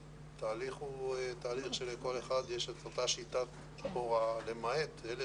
התהליך הוא תהליך שלכל אחד יש את אותה שיטת הוראה למעט אלה